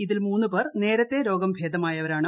ഇതിൽ മൂന്നുപേർ നേരത്തെ രോഗം ഭേദമായവരാണ്